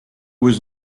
was